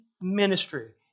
ministry